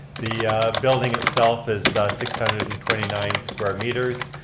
the building itself is six hundred and twenty nine square meters.